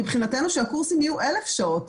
מבחינתנו שהקורסים יהיו אלף שעות,